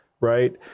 Right